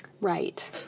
Right